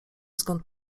skąd